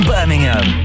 Birmingham